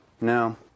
No